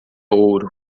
ouro